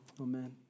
Amen